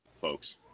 folks